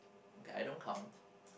okay I don't count